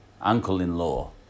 uncle-in-law